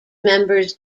members